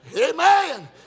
Amen